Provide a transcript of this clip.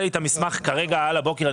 נתת לי את המסמך כרגע, הבוקר.